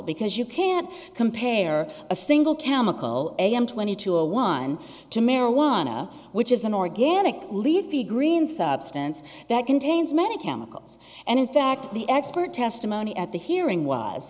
because you can't compare a single chemical am twenty to a one to marijuana which is an organic lead the green substance that contains many chemicals and in fact the expert testimony at the hearing was